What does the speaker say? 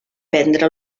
prendre